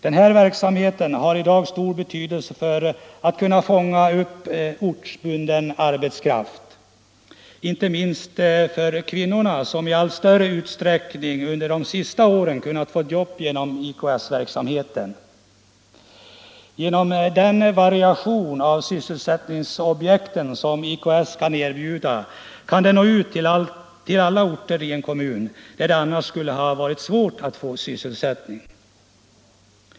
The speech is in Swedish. Den här verksamheten har i dag stor betydelse när det gäller att fånga upp ortsbunden arbetskraft. Inte minst har kvinnorna i allt större utsträckning under de senaste åren kunnat få jobb genom IKS. Tack vare den variation av sysselsättningsobjekten som IKS-verksamheten kan erbjuda kan den nå ut till alla orter i en kommun, där det annars skulle ha varit svårt att få sysselsättning.